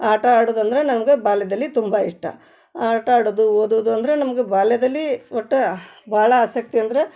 ಆಟ ಆಡುದಂದ್ರೆ ನಮ್ಗೆ ಬಾಲ್ಯದಲ್ಲಿ ತುಂಬ ಇಷ್ಟ ಆಟ ಆಡೋದು ಓದೋದು ಅಂದರೆ ನಮಗೆ ಬಾಲ್ಯದಲ್ಲಿ ಒಟ್ಟು ಭಾಳ ಆಸಕ್ತಿ ಅಂದ್ರೆ